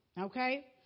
Okay